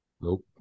Nope